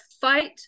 fight